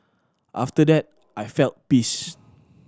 after that I felt peace